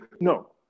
no